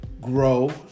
grow